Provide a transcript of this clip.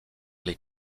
les